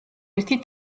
ერთი